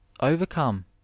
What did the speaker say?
overcome